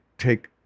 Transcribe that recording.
take